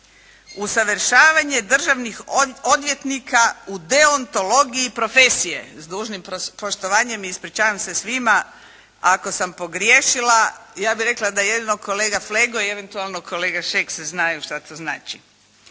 usavršavanje državnih odvjetnika u deontologiji profesije, s dužnim poštovanjem ispričavam se svima ako sam pogriješila. Ja bih rekla da jedino kolega Flego i eventualno kolega Šeks znaju što to znači.